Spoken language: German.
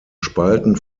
spalten